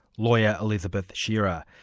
lawyer, elizabeth shearer.